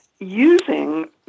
using